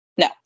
No